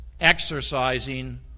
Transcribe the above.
exercising